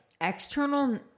External